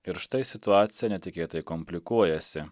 ir štai situacija netikėtai komplikuojasi